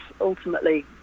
ultimately